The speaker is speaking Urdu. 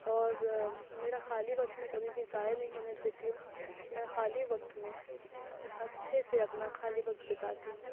اور میرا خالی وقت میں کبھی بھی ضائع نہیں ہونے دیتی ہوں میں خالی وقت میں اچھے سے اپنا خالی وقت بتاتی ہوں